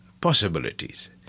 possibilities